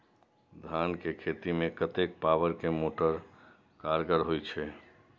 धान के खेती में कतेक पावर के मोटर कारगर होई छै?